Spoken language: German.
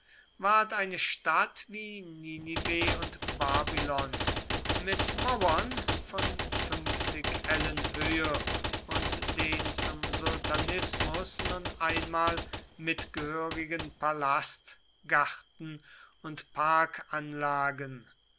ward eine stadt wie ninive und babylon mit mauern von fünfzig ellen höhe und den zum sultanismus nun einmal mitgehörigen palast garten und parkanlagen